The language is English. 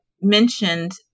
mentioned